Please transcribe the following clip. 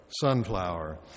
sunflower